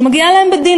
שמגיעה להם בדין,